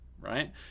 right